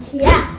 yeah,